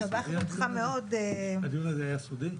היה סודי?